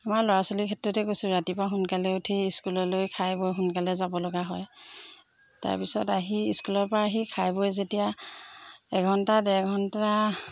মই ল'ৰা ছোৱালীৰ ক্ষেত্ৰতেই কৈছোঁ ৰাতিপুৱা সোনকালে উঠি স্কুললৈ খাই বৈ সোনকালে যাব লগা হয় তাৰপিছত আহি স্কুলৰপৰা আহি খাই বৈ যেতিয়া এঘণ্টা ডেৰঘণ্টা